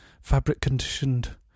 fabric-conditioned